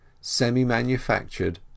semi-manufactured